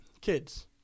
kids